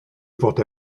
fod